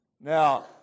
Now